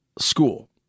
school